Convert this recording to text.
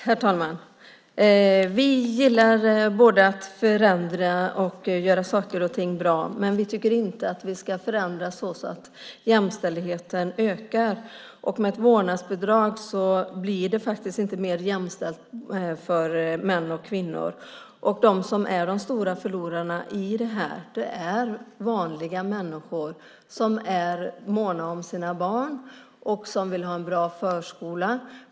Herr talman! Vi gillar både att förändra och göra saker och ting bra, men vi tycker inte att vi ska förändra så att ojämställdheten ökar. Med ett vårdnadsbidrag blir det faktiskt inte mer jämställt för män och kvinnor. De som är de stora förlorarna i det här är vanliga människor som är måna om sina barn och som vill ha en bra förskola.